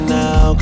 now